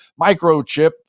microchip